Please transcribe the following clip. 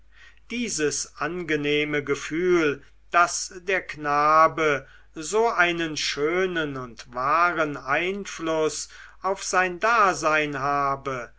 dieses angenehme gefühl daß der knabe so einen schönen und wahren einfluß auf sein dasein habe